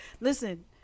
listen